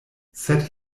sed